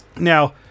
Now